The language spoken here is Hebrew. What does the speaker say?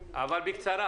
בבקשה.